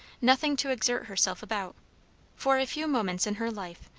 nothing to exert herself about for a few moments in her life,